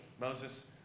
Moses